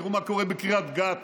תראו מה קורה בקריית גת,